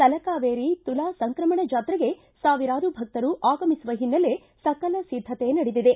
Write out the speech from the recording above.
ತಲಕಾವೇರಿ ತುಲಾ ಸಂಕ್ರಮಣ ಜಾತ್ರೆಗೆ ಸಾವಿರಾರು ಭಕ್ತರು ಆಗಮಿಸುವ ಹಿನ್ನೆಲೆ ಸಕಲ ಸಿದ್ದತೆ ನಡೆದಿದೆ